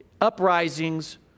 uprisings